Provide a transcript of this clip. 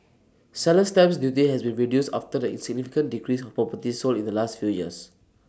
seller's stamp duty has been reduced after the in significant decrease of properties sold in the last few years